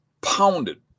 pounded